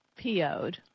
PO'd